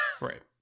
Right